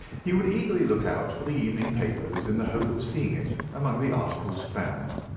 he would eagerly look out for the evening papers in the hope of seeing it among the articles found.